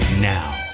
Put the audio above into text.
Now